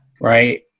Right